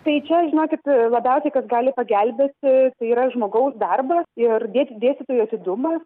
tai čia žinokit labiausiai kas gali pagelbėti tai yra žmogaus darbas ir dė dėstytojų atidumas